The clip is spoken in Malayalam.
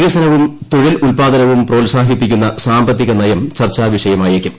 വികസനവും തൊഴിൽ ഉല്പാദനവും പ്രോത്സാഹിപ്പിക്കുന്ന സാമ്പത്തികനയം ചർച്ചാവിഷയമായേക്കും